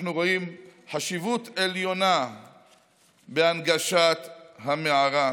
אנחנו רואים חשיבות עליונה בהנגשת המערה,